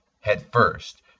head-first